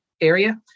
area